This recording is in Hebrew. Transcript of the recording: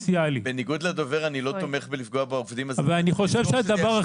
אני רק רוצה לסדר את זה בצורה כזאת